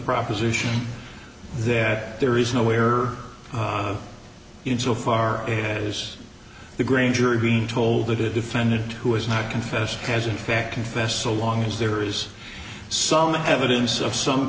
proposition that there is no way are you so far it is the grand jury being told that a defendant who is not confessed has in fact confessed so long as there is so much evidence of some